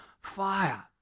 fire